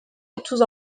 otuz